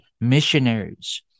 missionaries